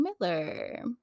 Miller